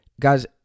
guys